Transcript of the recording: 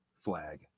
flag